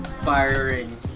firing